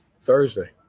Thursday